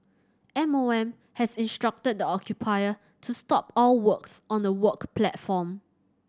M O M has instructed the occupier to stop all works on the work platform